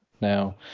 Now